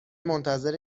منتظر